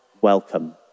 welcome